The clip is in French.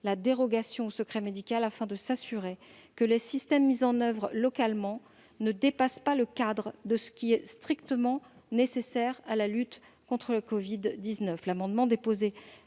la dérogation au secret médical afin de s'assurer que les systèmes mis en oeuvre localement ne dépassent pas le cadre de ce qui est strictement nécessaire à la lutte contre le covid-19.